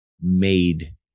made